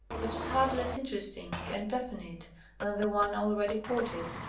which is hardly less interesting and definite than the one already quoted.